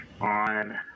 on